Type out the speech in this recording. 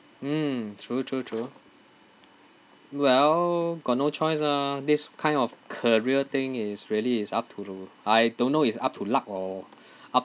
mm true true true well got no choice ah this kind of career thing is really it's up to to I don't know it's up to luck or up